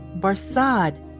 Barsad